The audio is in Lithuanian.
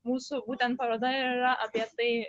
mūsų būtent paroda ir yra apie tai